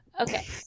Okay